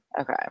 okay